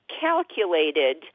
calculated